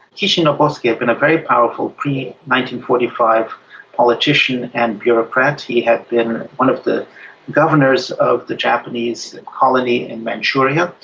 kishi nobusuke had been a very powerful pre one forty five politician and bureaucrat. he had been one of the governors of the japanese colony in manchuria.